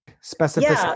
Specific